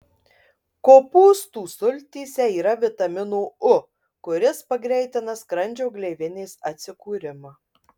kopūstų sultyse yra vitamino u kuris pagreitina skrandžio gleivinės atsikūrimą